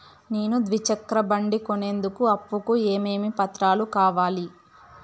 నేను ద్విచక్ర బండి కొనేందుకు అప్పు కు ఏమేమి పత్రాలు కావాలి?